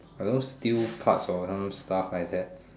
I don't know steel parts or some stuff like that